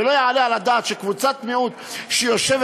ולא יעלה על הדעת שקבוצת מיעוט שיושבת